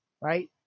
Right